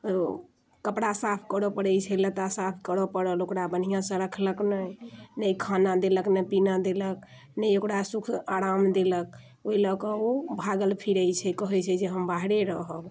ओ कपड़ा साफ करऽ पड़ै छै लत्ता साफ करऽ पड़ल ओकरा बढ़िआँसँ रखलक ने ने खाना देलक ने पीना देलक ने ओकरा सुख आराम देलक ओइ लऽ कऽ ओ भागल फिरै छै कहै छै जे हम बाहरे रहब